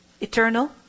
eternal